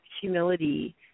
humility